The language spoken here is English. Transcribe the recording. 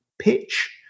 pitch